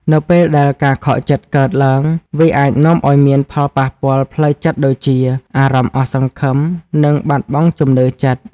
នៅពេលដែលការខកចិត្តកើតឡើង វាអាចនាំឲ្យមានផលប៉ះពាល់ផ្លូវចិត្តដូចជា អារម្មណ៍អស់សង្ឃឹម និងបាត់បង់ជំនឿចិត្ត។